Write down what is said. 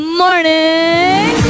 morning